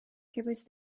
cefais